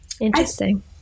Interesting